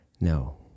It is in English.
no